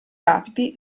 rapidi